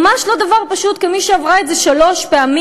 ממש לא דבר פשוט, כמי שעברה את זה שלוש פעמים.